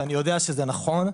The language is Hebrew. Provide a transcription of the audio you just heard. ואני יודע שזה נכון.